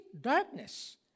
darkness